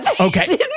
Okay